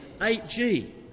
8G